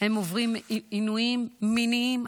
הם עוברים עינויים מיניים,